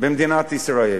במדינת ישראל.